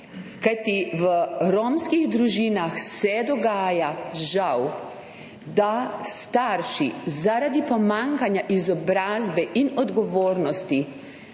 Kajti v romskih družinah se dogaja, žal, da starši zaradi pomanjkanja izobrazbe in odgovornosti